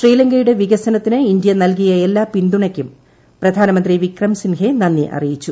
ശ്രീലങ്കയുടെ വികസനത്തിന് ഇന്ത്യ നൽകിയ എല്ലാ പിൻതുണയ്ക്കും പ്രധാനമന്ത്രി വിക്രം സിൻഹെ നന്ദി അറിയിച്ചു